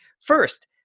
First